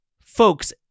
folks